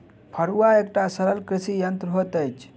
फड़ुआ एकटा सरल कृषि यंत्र होइत अछि